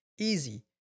Easy